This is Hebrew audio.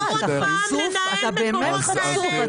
נתנה לחברות בע"מ לנהל מקומות כאלה.